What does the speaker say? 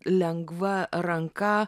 lengva ranka